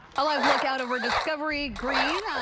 a live look out over discovery green.